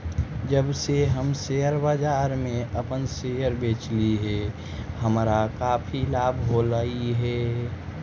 जब से हम शेयर बाजार में अपन शेयर बेचली हे हमारा काफी लाभ होलई हे